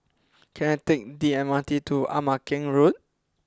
can I take the M R T to Ama Keng Road